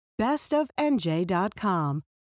bestofnj.com